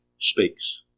speaks